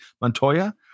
Montoya